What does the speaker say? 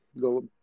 go